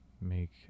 make